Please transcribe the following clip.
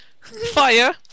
Fire